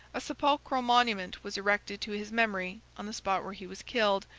a sepulchral monument was erected to his memory on the spot where he was killed,